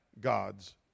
God's